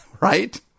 right